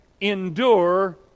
endure